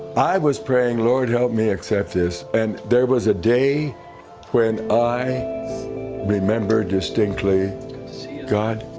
i was praying, lord, help me accept this. and there was a day when i remember distinctly saying god,